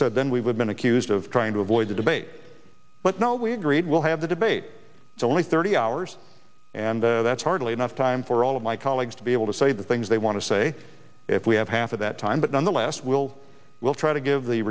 said then we've been accused of trying to avoid a debate but no we agreed we'll have the debate it's only thirty hours and the that's hardly enough time for all of my colleagues to be able to say the things they want to say if we have half of that time but nonetheless we'll we'll try to give the